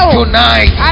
Tonight